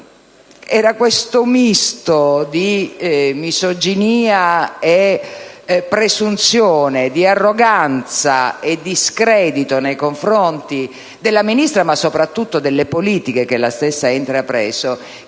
Era questo misto di misoginia e presunzione, di arroganza e discredito nei confronti della Ministra, ma soprattutto delle politiche che la stessa ha intrapreso,